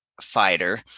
fighter